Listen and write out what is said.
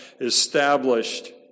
established